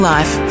Life